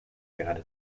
gerade